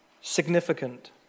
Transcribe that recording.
significant